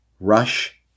Rush